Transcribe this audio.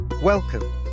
Welcome